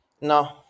No